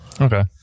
Okay